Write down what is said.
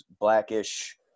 Blackish